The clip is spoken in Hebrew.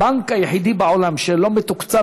הבנק היחידי בעולם שלא מתוקצב,